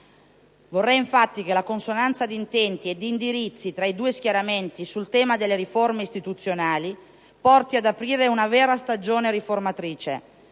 Vorrei, infatti, che la consonanza di intenti e di indirizzi tra i due schieramenti sul tema delle riforme istituzionali portasse ad aprire una vera stagione riformatrice.